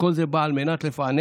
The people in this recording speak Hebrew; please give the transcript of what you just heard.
וכל זה בא על מנת לפענח